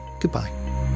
goodbye